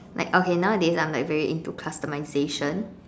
like okay nowadays I'm like very into customization